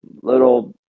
little